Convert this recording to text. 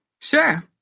Sure